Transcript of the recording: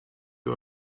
you